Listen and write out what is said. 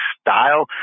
style